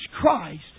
Christ